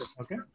okay